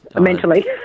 mentally